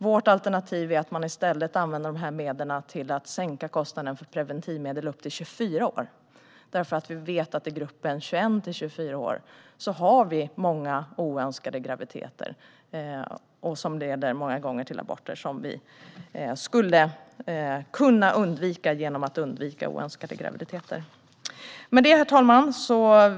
Vårt alternativ är att man i stället använder dessa medel till att sänka kostnaden för preventivmedel för personer upp till 24 år. Vi vet nämligen att det i åldersgruppen 21-24 år förekommer många oönskade graviditeter. Dessa leder många gånger till abort, vilket skulle kunna undvikas genom att man undviker oönskade graviditeter. Herr talman!